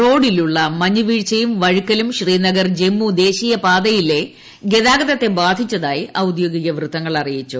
റോഡിലുള്ള മഞ്ഞ് വീഴ്ചയും വഴുക്കലും ശ്രീനഗർ ജമ്മു ദേശീയപാതയിലെ ഗതാഗത്തെ ബാധിച്ചതായി ഔദ്യോഗിക വൃത്തങ്ങൾ അറിയിച്ചു